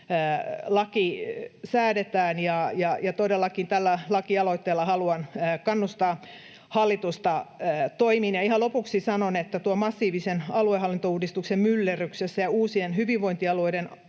laki säädetään, ja todellakin tällä lakialoitteella haluan kannustaa hallitusta toimiin. Ihan lopuksi sanon, että tuon massiivisen aluehallintouudistuksen myllerryksessä ja uusien hyvinvointialueiden